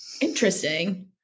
Interesting